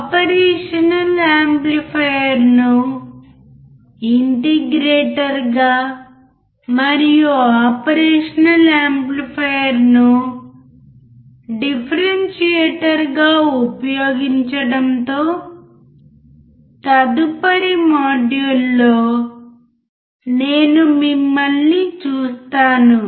operation యాంప్లిఫైయర్ను ఇంటిగ్రేటర్గా మరియు ఆపరేషనల్ యాంప్లిఫైయర్ను డిఫరెన్షియేటర్గా ఉపయోగించడంతో తదుపరి మాడ్యూల్లో నేను మిమ్మల్ని చూస్తాను